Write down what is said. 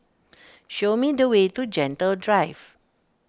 show me the way to Gentle Drive